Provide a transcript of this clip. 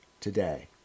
today